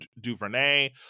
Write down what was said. DuVernay